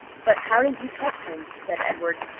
but how did you catch him? said edward.